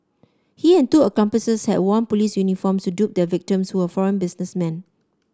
he and two accomplices had worn police uniforms to dupe their victims who were foreign businessmen